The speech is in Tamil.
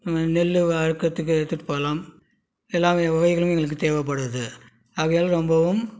நெல் அறுக்கறத்துக்கு எடுத்துகிட்டு போகலாம் எல்லா வி வகையிலும் எங்களுக்கு தேவைப்படுது ஆகையால் ரொம்பவும்